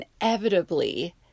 inevitably